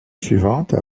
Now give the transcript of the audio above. suivante